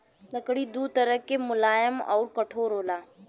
लकड़ी दू तरह के मुलायम आउर कठोर होला